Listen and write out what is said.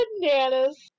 bananas